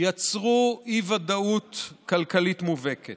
יצרו אי-ודאות כלכלית מובהקת.